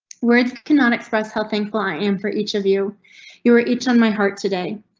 words cannot express how thankful i am for each of you you were each on my heart today.